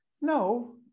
No